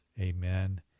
amen